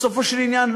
בסופו של עניין,